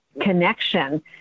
connection